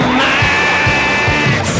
max